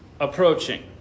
approaching